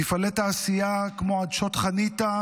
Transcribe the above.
מפעלי תעשייה כמו עדשות חניתה,